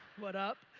what up?